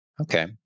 Okay